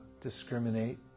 discriminate